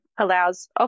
allows